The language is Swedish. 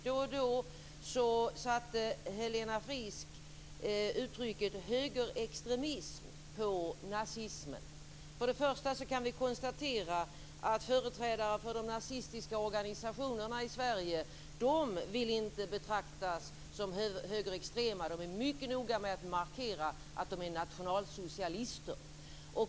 Då och då satte Helena Frisk uttrycket högerextremism på nazismen. För det första kan vi konstatera att företrädare för de nazistiska organisationerna i Sverige inte vill betraktas som högerextrema. De är mycket noga med att markera att de är nationalsocialister.